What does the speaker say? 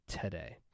today